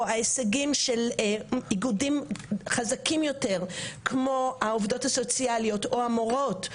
ההישגים של האיגודים יהיו חזקים יותר כמו העובדות הסוציאליות או המורות,